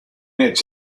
its